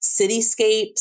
cityscapes